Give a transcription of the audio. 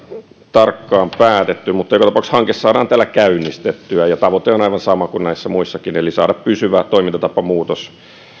tarkkaan päätetty mutta joka tapauksessa hanke saadaan täällä käynnistettyä tavoite on aivan sama kuin näissä muissakin eli saada pysyvä toimintatapamuutos